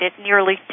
nearly